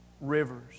rivers